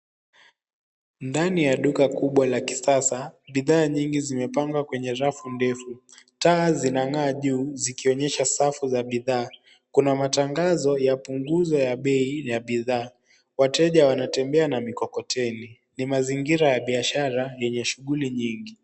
Ndani ya duka kubwa la kisasa ,bidhaa nyingi zimepangwa kwenye rafu ndefu. Taa zinazong'aa juu zikionyesha safu za bidhaa. Kuna matangazo ya punguzo ya bei ya bidhaa. Wateja wanatembea na mikokoteni. Ni mazingira ya biashara yenye shughuli nyingi.